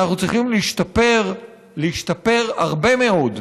אנחנו צריכים להשתפר, להשתפר הרבה מאוד,